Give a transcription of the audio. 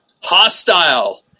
Hostile